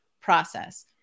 process